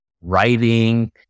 writing